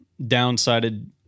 downsided